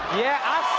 yeah.